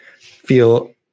feel